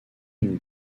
une